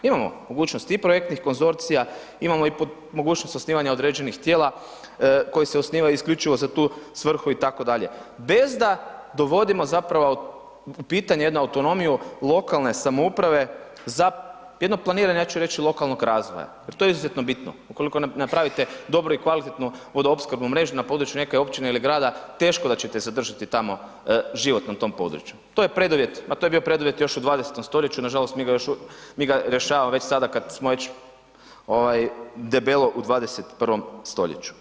Imamo mogućnost i projektnih konzorcija, imamo i mogućnost osnivanja određenih tijela koji se osnivaju isključivo za tu svrhu itd. bez da dovodimo zapravo u pitanje jednu autonomiju lokalne samouprave za jedno planiranje ja ću reći lokalnog razvoja jer to je izuzetno bitno ukoliko napravite dobru i kvalitetnu vodoopskrbnu mrežu na području neke općine ili grada, teško da ćete zadržati tamo život na tom području, to je preduvjet, ma to je bio preduvjet još u 20. st., nažalost mi rješavamo već sada kad smo već debelo u 21. st.